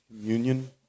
communion